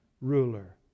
ruler